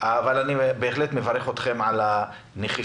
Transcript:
אבל אני בהחלט מברך אתכם על הנחישות